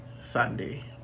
Sunday